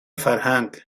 فرهنگ